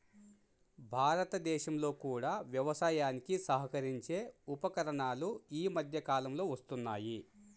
భారతదేశంలో కూడా వ్యవసాయానికి సహకరించే ఉపకరణాలు ఈ మధ్య కాలంలో వస్తున్నాయి